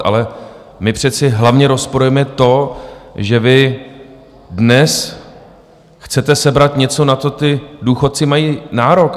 Ale my přece hlavně rozporujeme to, že vy dnes chcete sebrat něco, na co ti důchodci mají nárok.